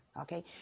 okay